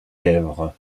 lèvres